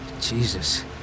Jesus